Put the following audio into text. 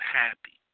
happy